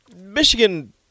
Michigan